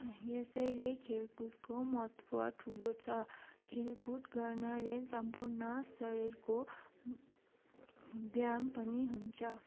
यसैले खेलकुदको महत्त्व ठुलो छ खेलकुद गर्नाले सम्पुर्ण शरीरको व्यायाम पनि हुन्छ